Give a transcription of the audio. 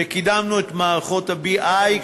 וקידמנו את מערכות ה-BI,